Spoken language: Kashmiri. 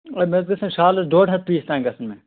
مےٚ حظ گژھَن شالَس ڈۄڈ ہَتھ پیٖس تانۍ گژھَن مےٚ